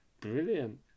Brilliant